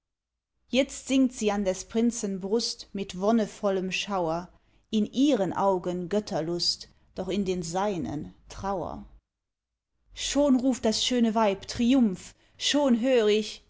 jetzt sinkt sie an des prinzen brust mit wonnevollem schauer in i h r e n augen götterlust doch in den s e i n e n trauer schon ruft das schöne weib triumph schon hör ich tod